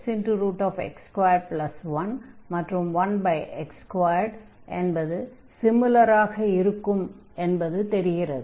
குறிப்பாக 1xx211x2 என்பது தெரிகிறது